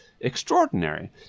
extraordinary